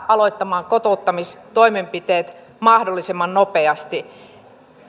aloittamaan kotouttamistoimenpiteet mahdollisimman nopeasti